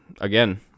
again